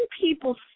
people